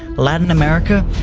latin america,